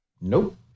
Nope